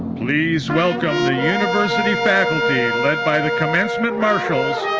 please welcome the university faculty, led by the commencement marshals,